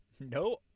no